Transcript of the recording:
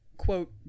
quote